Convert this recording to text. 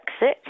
Brexit